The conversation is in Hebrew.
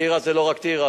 טירה זה לא רק טירה,